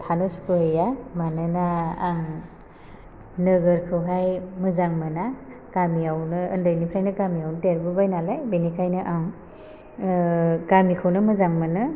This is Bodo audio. थानो सुखुहैया मानोना आं नोगोरखौहाय मोजां मोना गामियावनो ओन्दैनिफ्रायनो गामियाव देरबोबाय नालाय बिनिखायनो आं गामिखौनो मोजां मोनो